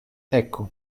ecco